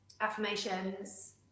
affirmations